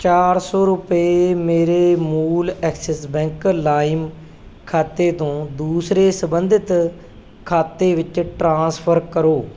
ਚਾਰ ਸੌ ਰੁਪਏ ਮੇਰੇ ਮੂਲ ਐਕਸਿਸ ਬੈਂਕ ਲਾਇਮ ਖਾਤੇ ਤੋਂ ਦੂਸਰੇ ਸੰਬੰਧਿਤ ਖਾਤੇ ਵਿੱਚ ਟ੍ਰਾਂਸਫਰ ਕਰੋ